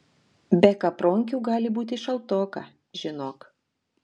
be kapronkių gali būti šaltoka žinok